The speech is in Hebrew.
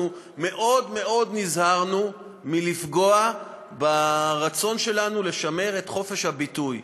אנחנו מאוד מאוד נזהרנו מלפגוע ברצון שלנו לשמר את חופש הביטוי.